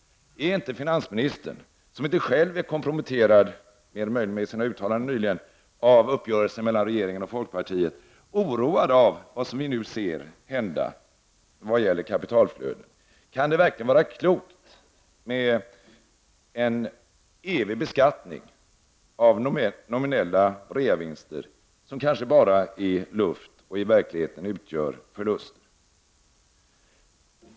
Är inte finansministern, som inte själv är komprometterad av uppgörelsen mellan regeringen och folkpartiet — mer än möjligen genom sina uttalanden nyligen — oroad av vad vi nu ser hända vad gäller kapitalflödet? Kan det verkligen vara klokt med en evig beskattning av nominella reavinster, som kanske bara är luft och i verkligheten utgör förluster?